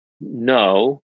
no